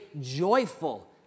joyful